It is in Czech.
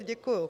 Děkuju.